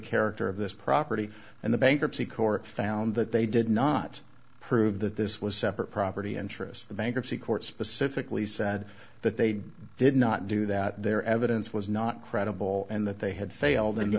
character of this property and the bankruptcy court found that they did not prove that this was separate property interests the bankruptcy court specifically said that they did not do that their evidence was not credible and that they had failed and